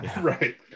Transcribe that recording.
Right